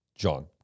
John